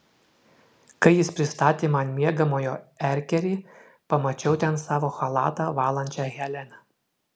kai jis pristatė man miegamojo erkerį pamačiau ten savo chalatą valančią heleną